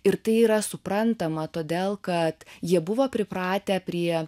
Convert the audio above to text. ir tai yra suprantama todėl kad jie buvo pripratę prie